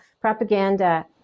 propaganda